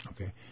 Okay